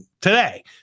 today